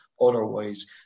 Otherwise